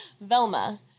velma